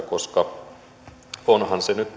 koska onhan se nyt